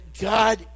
God